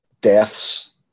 deaths